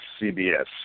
CBS